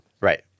Right